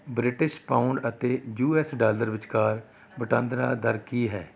British pound ਅਤੇ U S dollar ਵਿਚਕਾਰ ਵਟਾਂਦਰਾ ਦਰ ਕੀ ਹੈ